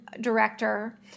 director